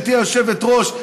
גברתי היושבת-ראש,